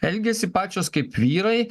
elgiasi pačios kaip vyrai